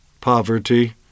poverty